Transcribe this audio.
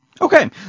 Okay